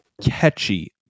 catchy